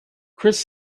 chris